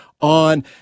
on